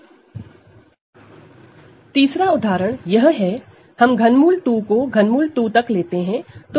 Refer Slide Time 1704 तीसरा उदाहरण यह है हम ∛ 2 को ∛ 2 तक लेते हैं